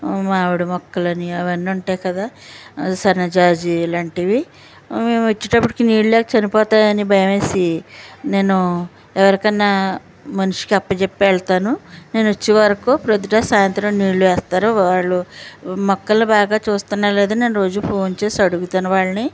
మామిడి మొక్కలు అని అవన్నీ ఉంటాయి కదా సన్నజాజి ఇలాంటివి మేము వచ్చేటప్పటికి నీళ్ళు లేక చనిపోతాయని భయం వేసి నేను ఎవరికన్నా మనిషికి అప్పజెప్పి వెళ్తాను నేను వచ్చేవరకు ప్రొద్దున సాయంత్రం నీళ్ళు వేస్తారు వాళ్ళు మొక్కలని బాగా చూస్తున్నారా లేదా నేను రోజు ఫోన్ చేసి అడుగుతాను వాళ్ళని